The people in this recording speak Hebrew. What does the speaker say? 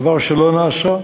דבר שלא נעשה,